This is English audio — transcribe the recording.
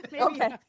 Okay